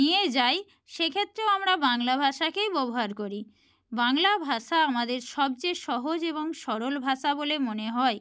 নিয়ে যাই সেক্ষেত্রেও আমরা বাংলা ভাষাকেই ব্যবহার করি বাংলা ভাষা আমাদের সবচেয়ে সহজ এবং সরল ভাষা বলে মনে হয়